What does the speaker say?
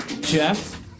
Jeff